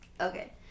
okay